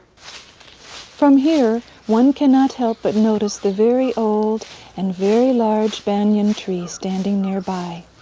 from here, one cannot help but notice the very old and very large banyan tree standing nearby.